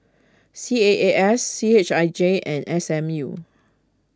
C A A S C H I J and S M U